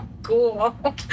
Cool